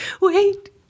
Wait